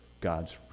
God's